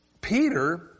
Peter